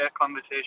conversation